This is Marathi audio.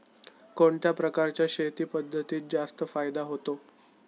कोणत्या प्रकारच्या शेती पद्धतीत जास्त फायदा होतो?